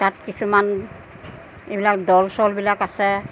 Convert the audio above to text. তাত কিছুমান এইবিলাক দল চল বিলাক আছে